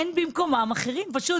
פשוט